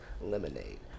Lemonade